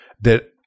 That-